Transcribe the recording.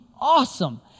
awesome